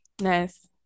Nice